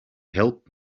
helped